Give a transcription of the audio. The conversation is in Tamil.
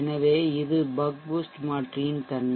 எனவே இது பக் பூஸ்ட் மாற்றியின் தன்மை